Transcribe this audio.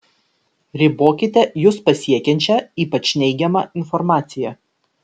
ribokite jus pasiekiančią ypač neigiamą informaciją